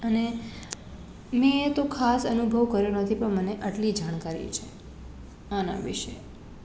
અને મેં તો ખાસ અનુભવ કર્યો નથી પણ મને આટલી જાણકારી છે આના વિષે